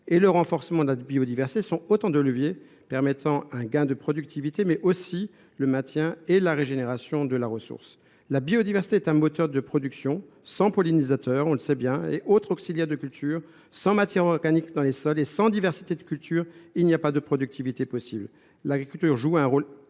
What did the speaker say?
et le renforcement de la biodiversité sont autant de leviers permettant un gain de productivité, ainsi que le maintien et la régénération de la ressource. La biodiversité est un moteur de production. Sans pollinisateurs et autres auxiliaires de cultures, sans matière organique dans les sols et sans diversité des cultures, nous savons qu’aucune productivité n’est possible. L’agriculture joue un rôle crucial